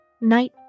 Night